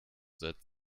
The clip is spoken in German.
seit